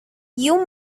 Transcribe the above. you